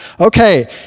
okay